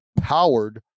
powered